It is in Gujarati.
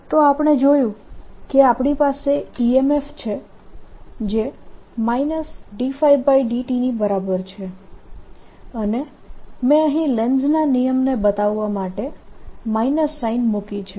તો આપણે જોયું કે આપણી પાસે EMF છે જે dϕdt ની બરાબર છે અને મેં અહીં લેન્ઝના નિયમ ને બતાવવા માટે માઈનસ સાઇન મૂકી છે